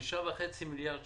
5.5 מיליארד שקל.